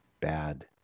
bad